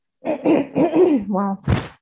Wow